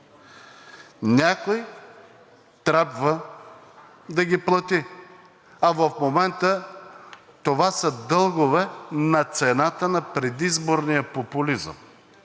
някой трябва да ги плати, а в момента това са дългове на цената на предизборния популизъм,